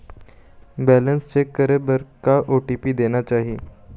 Balance check करे बर का ओ.टी.पी देना चाही?